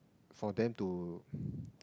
for them to